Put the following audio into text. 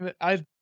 I